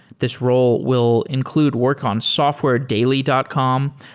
this role will include work on softwaredaily dot com,